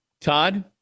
Todd